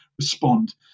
respond